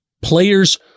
players